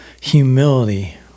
humility